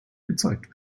gezeigt